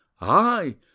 Aye